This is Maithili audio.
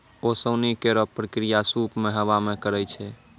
ओसौनी केरो प्रक्रिया सूप सें हवा मे करै छै